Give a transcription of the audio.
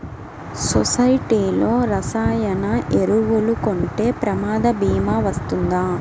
సొసైటీలో రసాయన ఎరువులు కొంటే ప్రమాద భీమా వస్తుందా?